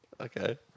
Okay